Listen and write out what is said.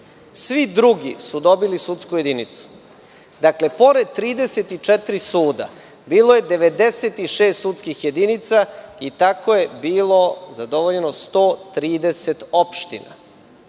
Svi drugi su dobili sudsku jedinicu. Dakle, pored 34 suda bilo je 96 sudskih jedinica i tako je bilo zadovoljeno 130 opština.